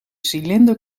cilinder